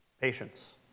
patience